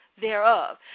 Thereof